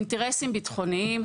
אינטרסים ביטחוניים,